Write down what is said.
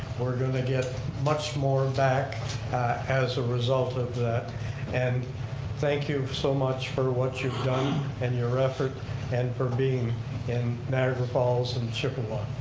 we're going to get much more back as result of that and thank you so much for what you've done and your record and for being in niagara falls and chippewa.